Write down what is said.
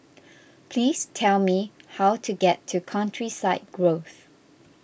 please tell me how to get to Countryside Grove